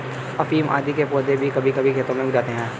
अफीम आदि के पौधे भी कभी कभी खेतों में उग जाते हैं